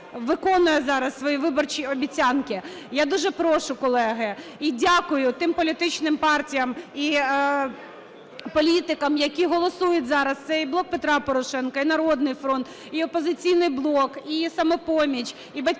виконує зараз свої виборчі обіцянки. Я дуже прошу, колеги, і дякую тим політичним партіям і політикам, які голосують зараз. Це і "Блок Петра Порошенка", і "Народний фронт", і "Опозиційний блок", і "Самопоміч", і "Батьківщина",